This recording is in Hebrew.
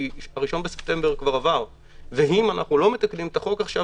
ה-1 בספטמבר כבר עבר ואם אנחנו לא מתקנים את החוק עכשיו,